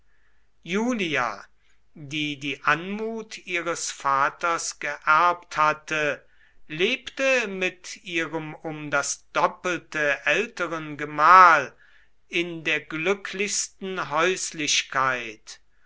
julia die die anmut ihres vaters geerbt hatte lebte mit ihrem um das doppelte älteren gemahl in der glücklichsten häuslichkeit